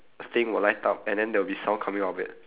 thing will light up and then there will be sound coming of it